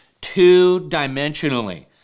two-dimensionally